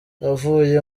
avuye